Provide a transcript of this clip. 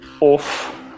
off